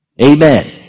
Amen